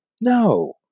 No